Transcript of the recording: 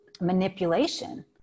manipulation